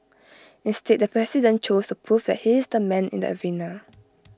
instead the president chose to prove that he is the man in the arena